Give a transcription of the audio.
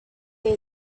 take